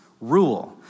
rule